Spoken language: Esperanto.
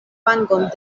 vangon